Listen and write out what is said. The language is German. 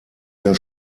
den